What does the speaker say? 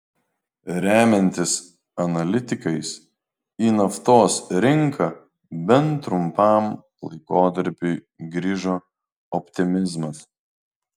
remiantis analitikais į naftos rinką bent trumpam laikotarpiui grįžo optimizmas